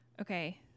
okay